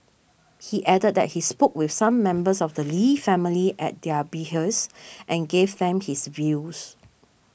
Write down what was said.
he added that he spoke with some members of the Lee family at their behest and gave them his views